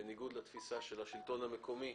וזה בניגוד לתפישה של השלטון המקומי,